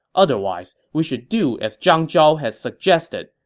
otherwise, we should do as zhang zhao had suggested,